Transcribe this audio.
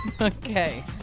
Okay